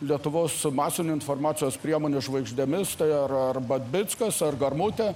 lietuvos masinių informacijos priemonių žvaigždėmis ir ar babickas ar garmutė